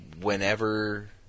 whenever